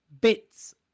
bits